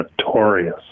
notorious